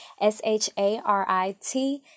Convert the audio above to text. S-H-A-R-I-T